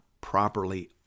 properly